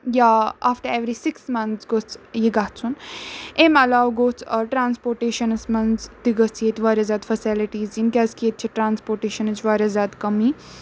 یا after every six months گوٚژھ یہِ گژھُن ایٚمۍ علاو گوٚژھ ٹرٛانسپوٹیشَنَس منٛز تہِ گٔژھ ییٚتہِ واریاہ زیادٕ فَسلِٹیٖز یِنۍ کیٛازِکہِ ییٚتہِ چھِ ٹرٛانسپوٹیشَنٕچ واریاہ زیادٕ کٔمی